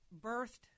birthed